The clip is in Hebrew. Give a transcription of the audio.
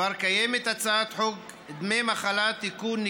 קיימת כבר הצעת חוק דמי מחלה (תיקון,